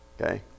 okay